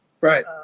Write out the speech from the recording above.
right